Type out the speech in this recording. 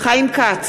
חיים כץ,